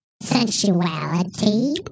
sensuality